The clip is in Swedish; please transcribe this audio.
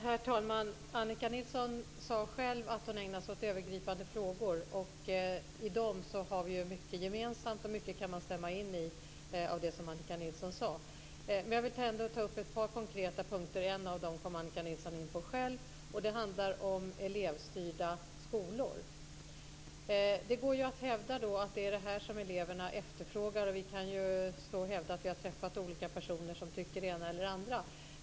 Herr talman! Annika Nilsson sade själv att hon ägnar sig åt övergripande frågor, och i dessa frågor har vi mycket gemensamt, och mycket av det som Annika Nilsson sade kan jag instämma i. Jag vill emellertid ta upp par konkreta punkter. En av dem kom Annika Nilsson in på själv, och den handlar om elevstyrda skolor. Det går ju att hävda att det är detta som eleverna efterfrågar, och vi kan ju stå och hävda att vi har träffat olika personer som tycker det ena eller det andra.